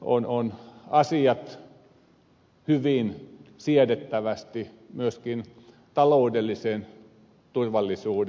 on asiat hyvin siedettävästi myöskin taloudellisen turvallisuuden kohdalta